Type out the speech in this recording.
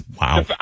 Wow